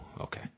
okay